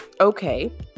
okay